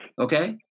okay